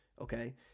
okay